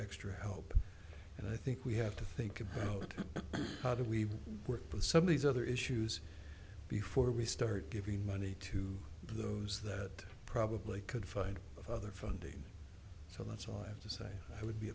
extra help and i think we have to think about how do we work with some of these other issues before we start giving money to those that probably could fight of other funding so that's all i have to say i would